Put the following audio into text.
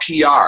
PR